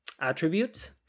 attributes